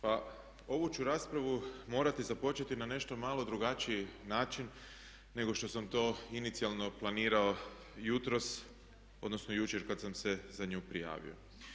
Pa ovu ću raspravu morati započeti na nešto malo drugačiji način nego što sam to inicijalno planirao jutros odnosno jučer kad sam se za nju prijavio.